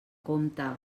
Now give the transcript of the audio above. compte